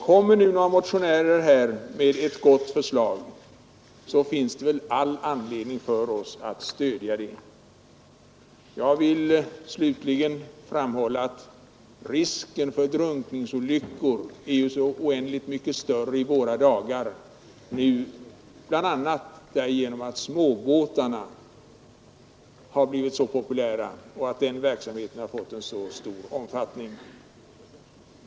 När nu några motionärer kommer med ett gott förslag, finns det all anledning för oss att stödja det. Slutligen vill jag framhålla att risken för drunkningsolyckor är oändligt mycket större i våra dagar bl.a. därigenom att småbåtarna har blivit så populära och denna fritidsverksamhet fått så stor omfattning.